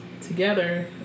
together